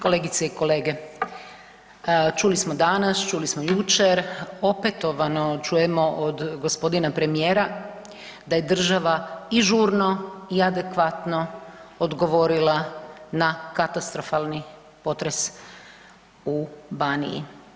Kolegice i kolege, čuli smo danas, čuli smo jučer, opetovano čujemo od gospodina premijera da je država i žurno i adekvatno odgovorila na katastrofalni potres u Baniji.